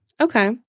Okay